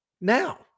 Now